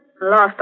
lost